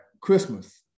Christmas